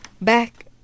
Back